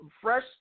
fresh